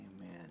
amen